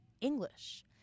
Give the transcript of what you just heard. English